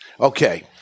Okay